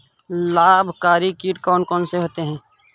लाभकारी कीट कौन कौन से होते हैं?